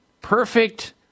perfect